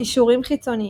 קישורים חיצוניים